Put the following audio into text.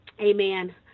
Amen